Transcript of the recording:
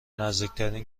نزدیکترین